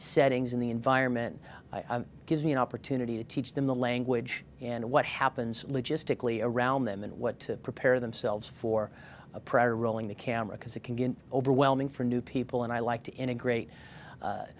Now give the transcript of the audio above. settings in the environment gives me an opportunity to teach them the language and what happens logistically around them and what to prepare themselves for a prior rolling the camera because it can get overwhelming for new people and i like to integrate